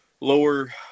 lower